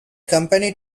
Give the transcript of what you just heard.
company